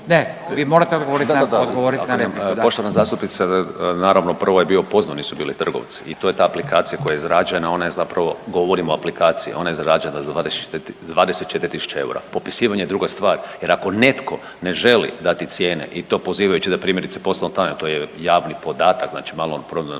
Da, da .../nerazumljivo/... poštovana zastupnice, naravno, prvo je bio, upoznani su bili trgovci i to je ta aplikacija koja je izrađena, ona je zapravo, govorim o aplikaciji, ona je zarađena za 24 tisuće eura. Popisivanje je druga stvar jer ako netko ne želi dati cijene i to pozivajući da primjerice, poslovnom tajnom, to je javni podatak, znači maloprodajna